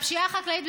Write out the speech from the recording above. על הפשיעה החקלאית,